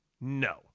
No